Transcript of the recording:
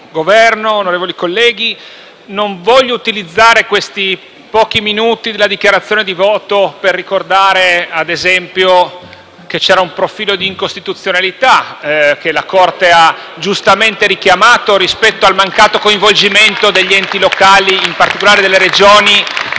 Governo, onorevoli colleghi, non voglio utilizzare questi pochi minuti della dichiarazione di voto per ricordare, ad esempio, che c'era un profilo di incostituzionalità che la Corte ha giustamente richiamato rispetto al mancato coinvolgimento degli enti locali, in particolare delle Regioni,